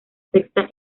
sexta